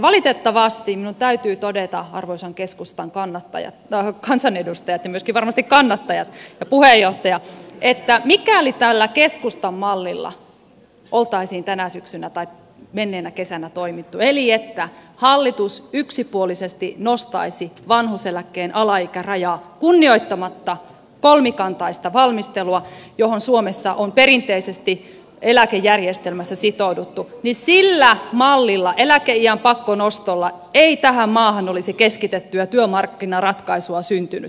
valitettavasti minun täytyy todeta arvoisan keskustan kansanedustajat ja myöskin varmasti kannattajat ja puheenjohtaja että mikäli tällä keskustan mallilla oltaisiin tänä syksynä tai menneenä kesänä toimittu eli hallitus yksipuolisesti nostaisi vanhuuseläkkeen alaikärajaa kunnioittamatta kolmikantaista valmistelua johon suomessa on perinteisesti eläkejärjestelmässä sitouduttu niin sillä mallilla eläkeiän pakkonostolla ei tähän maahan olisi keskitettyä työmarkkinaratkaisua syntynyt